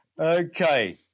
Okay